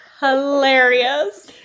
hilarious